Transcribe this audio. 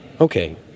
Okay